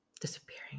disappearing